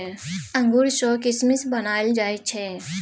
अंगूर सँ किसमिस बनाएल जाइ छै